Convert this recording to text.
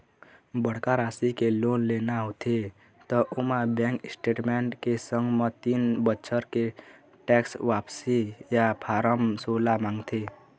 बड़का राशि के लोन लेना होथे त ओमा बेंक स्टेटमेंट के संग म तीन बछर के टेक्स वापसी या फारम सोला मांगथे